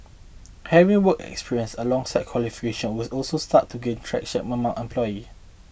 having working experience alongside qualifications will also start to gain traction among employers